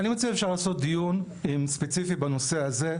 אני מציע: אפשר לעשות דיון ספציפי בנושא הזה,